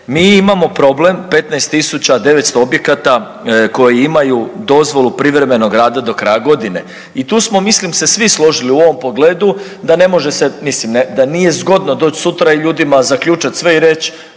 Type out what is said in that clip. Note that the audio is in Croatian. mi imamo problem 15.900 objekata koji imaju dozvolu privremenog rada do kraja godine. I tu smo mislim se svi složili u ovom pogledu da ne može se, mislim da nije zgodno doći sutra i ljudima zaključat sve i reći